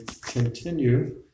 continue